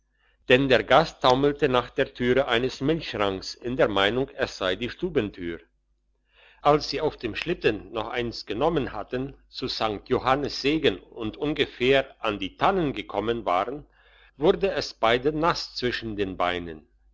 denn der gast taumelte nach der türe eines milchschranks in der meinung es sei die stubentür als sie auf dem schlitten noch eins genommen hatten zu st johannes segen und ungefähr an die tannen gekommen waren wurde es beiden nass zwischen den beinen